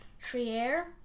Trier